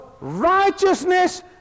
righteousness